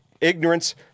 ignorance